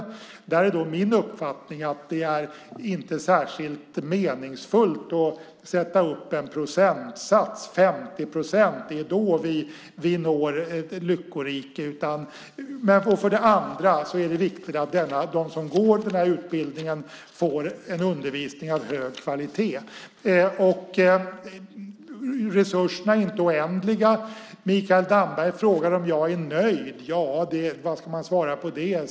Min uppfattning är därför för det första att det inte är särskilt meningsfullt att sätta upp en viss procentsats, att säga att vi vid exempelvis 50 procent når ett lyckorike, och för det andra att det är viktigt att de som går utbildningen får en undervisning av hög kvalitet. Resurserna är inte oändliga. Mikael Damberg frågar om jag är nöjd. Ja, vad ska man svara på det?